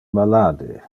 malade